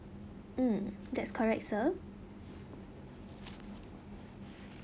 mm that's correct sir